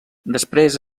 després